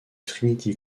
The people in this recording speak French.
trinity